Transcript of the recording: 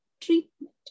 treatment